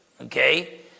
Okay